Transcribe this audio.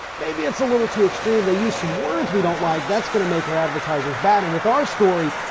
maybe it's a little too extreme. they use some words we don't like. that's gonna make our advertisers mad. and with our story,